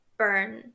burn